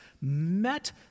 met